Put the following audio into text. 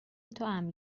توام